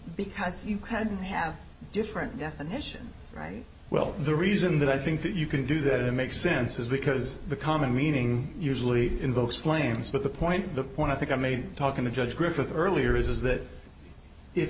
because you can't have different definitions right well the reason that i think that you can do that makes sense is because the common meaning usually invokes flames with the point the point i think i made talking to judge griffith earlier is that if